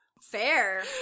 Fair